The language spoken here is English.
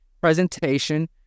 presentation